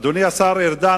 אדוני השר ארדן,